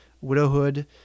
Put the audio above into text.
widowhood